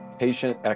patient